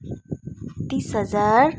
तिस हजार